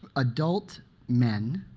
adult men